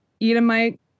Edomite